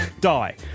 Die